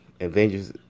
Avengers